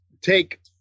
take